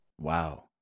Wow